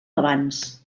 abans